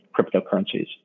cryptocurrencies